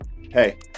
Hey